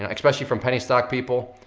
and especially from penny stock people?